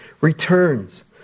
returns